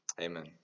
Amen